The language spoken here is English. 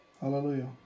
Hallelujah